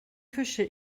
küche